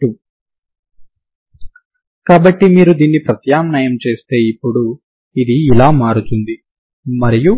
దీని ద్వారా మీరు మొదటి షరతుగా fx00 ని తీసుకుంటారు కానీ దీన్ని మీరు అవధులు utxt ని తీసుకొని చేస్తే ఈ అవధులు మరియు